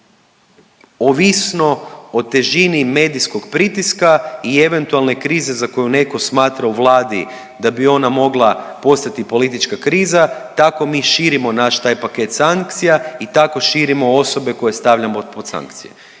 Ovisno o težini medijskog pritiska i eventualne krize za koju neko smatra u Vladi da bi ona mogla postati politička kriza tako mi širimo naš taj paket sankcija i tako širimo osobe koje stavljamo pod sankcije.